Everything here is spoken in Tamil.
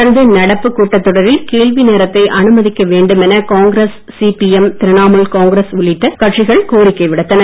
தொடர்ந்து நடப்புக் கூட்டத்தொடரில் கேள்வி நேரத்தை அனுமதிக்க வேண்டும் என காங்கிரஸ் சிபிஎம் திரிணாமுல் காங்கிரஸ் உள்ளிட்ட கட்சிகள் கோரிக்கை விடுத்தன